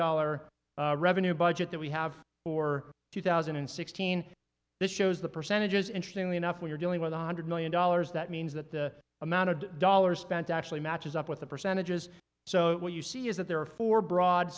dollar revenue budget that we have for two thousand and sixteen that shows the percentage is interesting the enough we're dealing with a hundred million dollars that means that the amount of dollars spent actually matches up with the percentages so what you see is that there are four broad